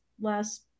last